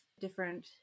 different